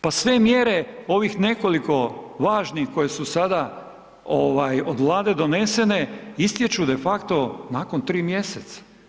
Pa sve mjere, ovih nekoliko važnih koje su sada ovaj od Vlade donesene istječu defakto nakon 3 mjeseca.